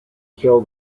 kill